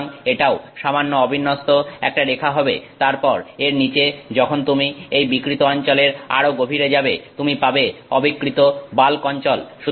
সুতরাং এটাও সামান্য অবিন্যস্ত একটা রেখা হবে তারপর এর নিচে যখন তুমি এই বিকৃত অঞ্চলের আরো গভীরে যাবে তুমি পাবে অবিকৃত বাল্ক অঞ্চল